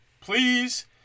please